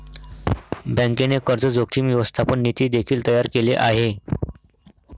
बँकेने कर्ज जोखीम व्यवस्थापन नीती देखील तयार केले आहे